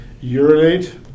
urinate